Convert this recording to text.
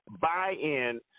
buy-in